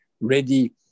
ready